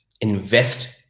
invest